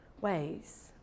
ways